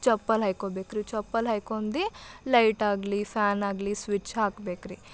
ಚಪ್ಪಲಿ ಹಾಕ್ಕೊಬೇಕ್ರಿ ಚಪ್ಪಲಿ ಹಾಕ್ಕೊಂಡು ಲೈಟ್ ಆಗಲಿ ಫ್ಯಾನ್ ಆಗಲಿ ಸ್ವಿಚ್ ಹಾಕಬೇಕ್ರಿ